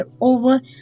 over